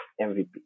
MVP